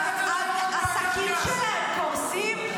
שהעסקים שלהם קורסים?